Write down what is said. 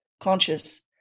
conscious